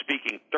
speaking